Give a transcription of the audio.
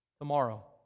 tomorrow